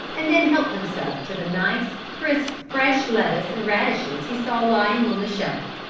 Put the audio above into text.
and then help himself to the nice, crisp, fresh lettuce and radishes he saw lying on the shelf.